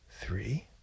three